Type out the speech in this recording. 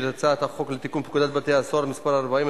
הצעת החוק אושרה בקריאה שלישית.